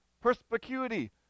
perspicuity